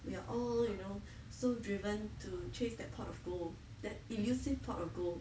we are all you know so driven to chase that pot of gold that elusive pot of gold